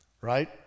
right